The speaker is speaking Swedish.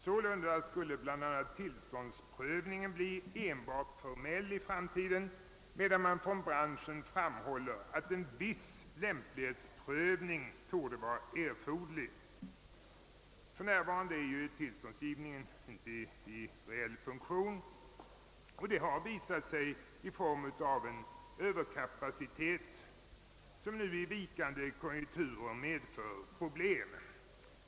Sålunda skulle bl.a. enligt förslaget tillståndsprövningen i framtiden bli enbart formell, medan man från branschen framhåller att en viss lämplighetsprövning torde vara erforderlig. För närvarande är ju tillståndsgivningen inte i reell funktion, och det har haft som följd en överkapacitet som nu i vikande konjunkturer medför problem.